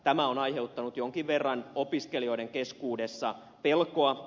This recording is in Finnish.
tämä on aiheuttanut jonkin verran opiskelijoiden keskuudessa pelkoa